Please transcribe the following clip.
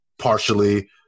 partially